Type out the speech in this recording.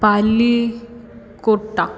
Pali Kota